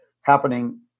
happening